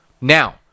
Now